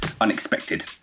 unexpected